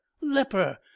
leper